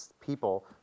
people